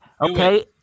Okay